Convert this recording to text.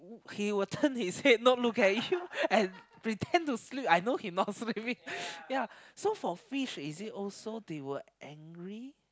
he will turn his head not look at you and pretend to sleep I know he not sleeping ya so for fish is it also they will angry